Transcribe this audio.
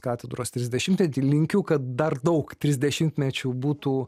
katedros trisdešimtmetį linkiu kad dar daug trisdešimtmečių būtų